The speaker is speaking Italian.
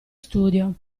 studio